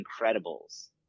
Incredibles